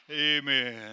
Amen